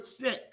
sick